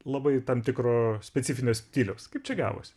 labai tam tikro specifinio stiliaus kaip čia gavosi